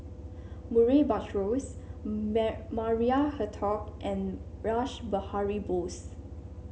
Murray Buttrose Maria Hertogh and Rash Behari Bose